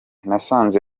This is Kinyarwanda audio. nasanze